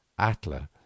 Atler